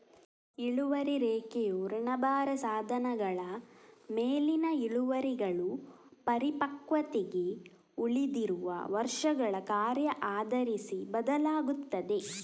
ಇಳುವರಿ ರೇಖೆಯು ಋಣಭಾರ ಸಾಧನಗಳ ಮೇಲಿನ ಇಳುವರಿಗಳು ಪರಿಪಕ್ವತೆಗೆ ಉಳಿದಿರುವ ವರ್ಷಗಳ ಕಾರ್ಯ ಆಧರಿಸಿ ಬದಲಾಗುತ್ತದೆ